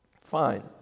fine